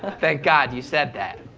ah thank god you said that!